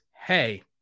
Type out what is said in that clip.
hey